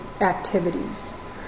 activities